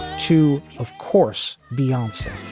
to, of course, beyonce